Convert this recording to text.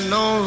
no